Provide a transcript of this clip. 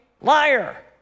liar